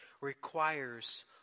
requires